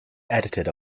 edited